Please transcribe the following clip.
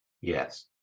yes